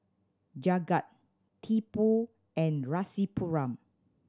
Jagat Tipu and Rasipuram